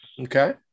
Okay